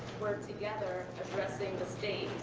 work together addressing the states,